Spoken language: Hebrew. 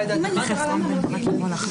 אם אני שרה למה מגבילים אותי בזמן?